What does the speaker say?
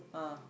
ah